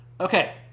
Okay